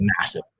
massive